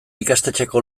ikastetxeko